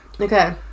Okay